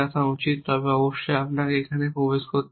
তবে অবশ্যই আমরা এখানে এটিতে প্রবেশ করব না